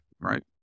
right